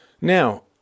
Now